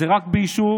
זה באישור